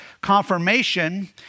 confirmation